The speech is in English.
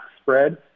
spread